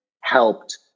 helped